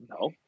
No